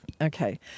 Okay